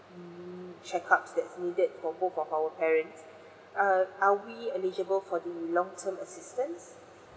mm check ups that's needed for both of our parent err are we eligible for the long term assistance